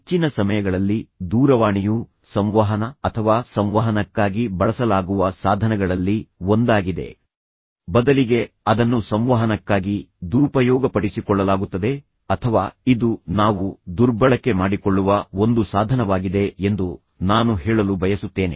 ಹೆಚ್ಚಿನ ಸಮಯಗಳಲ್ಲಿ ದೂರವಾಣಿಯು ಸಂವಹನ ಅಥವಾ ಸಂವಹನಕ್ಕಾಗಿ ಬಳಸಲಾಗುವ ಸಾಧನಗಳಲ್ಲಿ ಒಂದಾಗಿದೆ ಬದಲಿಗೆ ಅದನ್ನು ಸಂವಹನಕ್ಕಾಗಿ ದುರುಪಯೋಗಪಡಿಸಿಕೊಳ್ಳಲಾಗುತ್ತದೆ ಅಥವಾ ಇದು ನಾವು ದುರ್ಬಳಕೆ ಮಾಡಿಕೊಳ್ಳುವ ಒಂದು ಸಾಧನವಾಗಿದೆ ಎಂದು ನಾನು ಹೇಳಲು ಬಯಸುತ್ತೇನೆ